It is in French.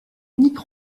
unique